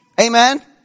Amen